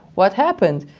what happened?